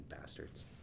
bastards